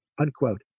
unquote